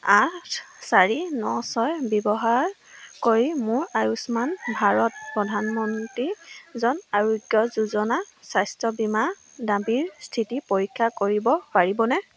আঠ চাৰি ন ছয় ব্যৱহাৰ কৰি মোৰ আয়ুষ্মান ভাৰত প্ৰধানমন্ত্ৰী জন আৰোগ্য যোজনা স্বাস্থ্য বীমা দাবীৰ স্থিতি পৰীক্ষা কৰিব পাৰিবনে